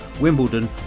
Wimbledon